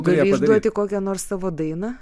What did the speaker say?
gali išduoti kokią nors savo dainą